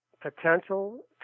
potential